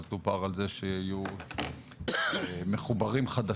אז דובר על זה שיהיו מחוברים חדשים,